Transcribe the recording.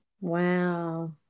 Wow